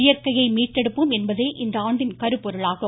இயற்கையை மீட்டெடுப்போம் என்பதே இந்தாண்டின் கருப்பொருளாகும்